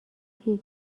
کیه